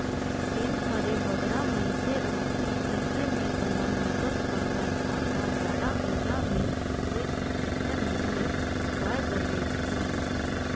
जेन घरे बगरा मइनसे रहथें अइसे में ओमन नगद बगरा धान ल गाड़ा बइला में होए कि टेक्टर में होए कुटवाए बर लेइजथें